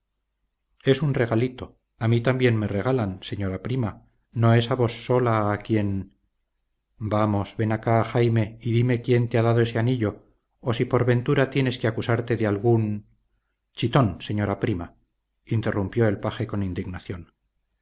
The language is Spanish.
es un regalito a mí también me regalan señora prima no es a vos sola a quien vamos ven acá jaime y dime quién te ha dado ese anillo o si por ventura tienes que acusarte de algún chitón señora prima interrumpió el paje con indignación